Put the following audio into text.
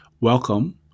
Welcome